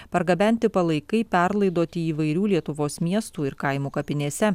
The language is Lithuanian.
pargabenti palaikai perlaidoti įvairių lietuvos miestų ir kaimų kapinėse